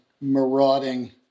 marauding